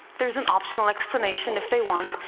there's an optional explanation if they want.